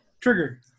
Trigger